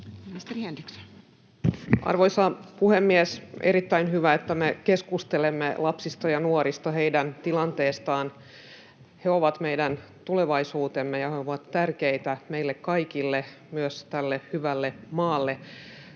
Arvoisa puhemies! On erittäin hyvä, että me keskustelemme lapsista ja nuorista, heidän tilanteestaan. He ovat meidän tulevaisuutemme, ja he ovat tärkeitä meille kaikille, myös tälle hyvälle maalle.